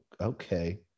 okay